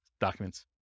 documents